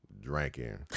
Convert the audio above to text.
drinking